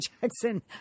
Jackson